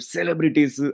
Celebrities